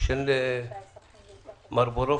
של מר בורובסקי,